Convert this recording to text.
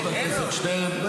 חבר הכנסת שטרן צודק -- אין לו.